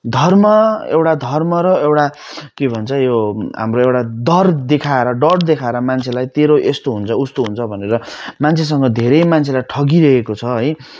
धर्म एउटा धर्म र एउटा के भन्छ यो हाम्रो एउटा डर देखाएर डर देखाएर मान्छेलाई तेरो यस्तो हुन्छ उस्तो हुन्छ भनेर मान्छेसँग धेरै मान्छेलाई ठगिरहेको छ है